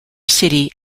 city